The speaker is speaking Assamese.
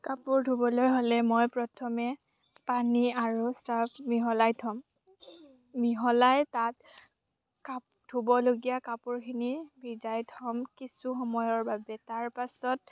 কাপোৰ ধুবলৈ হ'লে মই প্ৰথমে পানী আৰু চাৰ্ফ মিহলাই থ'ম মিহলাই তাত ধুবলগীয়া কাপোৰখিনি ভিজাই থ'ম কিছু সময়ৰ বাবে তাৰপাছত